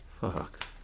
Fuck